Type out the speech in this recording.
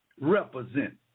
represent